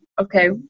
okay